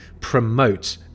promote